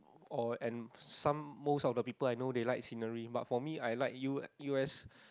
or and some most of the people I know they like the scenery but for me I like U u_s